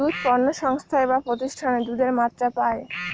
দুধ পণ্য সংস্থায় বা প্রতিষ্ঠানে দুধের মাত্রা পায়